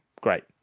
great